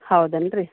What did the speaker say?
ಹೌದೇನ್ ರೀ